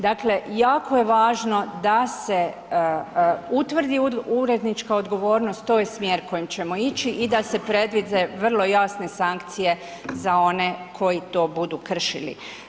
Dakle jako je važno da se utvrdi urednička odgovornost, to je smjer kojim ćemo ići i da se predvide vrlo jasne sankcije za one koji to budu kršili.